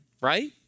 right